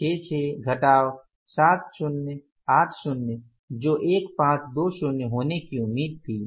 7600 घटाव 6080 जो 1520 होने की उम्मीद थी